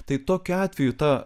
tai tokiu atveju ta